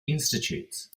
institutes